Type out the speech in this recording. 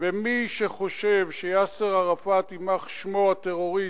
ומי שחושב שיאסר ערפאת, יימח שמו, הטרוריסט,